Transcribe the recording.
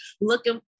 looking